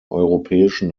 europäischen